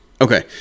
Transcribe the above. Okay